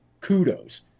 kudos